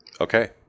Okay